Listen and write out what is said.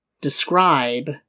describe